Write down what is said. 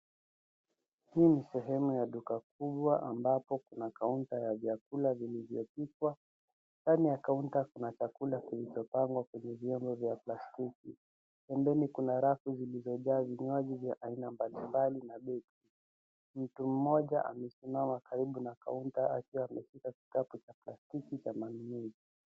Hii ni sehemu ya duka kubwa ambapo kuna counter ya vyakula vilivyopikwa. Ndani ya counter kuna vyakula vilivyopangwa kwenye vyombo vya plastiki. Pembeni kuna rafu zilizojaa vinywaji vya aina mbalimbali na bei. Mtu mmoja amesimama karibu na counter akiwa ameshika kikapu cha plastiki cha manunuzi.